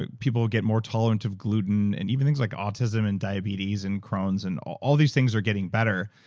but people get more tolerant of gluten and even things like autism and diabetes and crohn's and all these things are getting better,